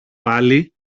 πάλι